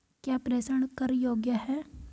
क्या प्रेषण कर योग्य हैं?